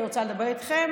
אני רוצה לדבר איתכם.